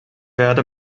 werde